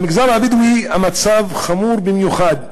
במגזר הבדואי המצב חמור במיוחד,